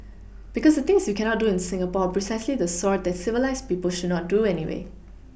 because the things you cannot do in Singapore are precisely the sort that civilised people should not do anyway